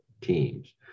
teams